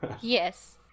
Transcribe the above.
Yes